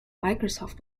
microsoft